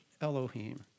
Elohim